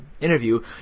interview